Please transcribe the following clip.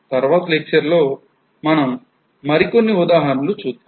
తర్వాత లెక్చర్ లో మనం మరి కొన్ని ఉదాహరణలు చూద్దాం